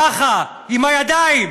ככה עם הידיים,